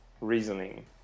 reasoning